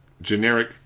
generic